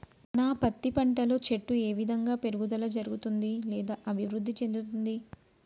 నా పత్తి పంట లో చెట్టు ఏ విధంగా పెరుగుదల జరుగుతుంది లేదా అభివృద్ధి చెందుతుంది?